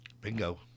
Bingo